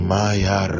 Maya